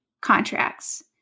contracts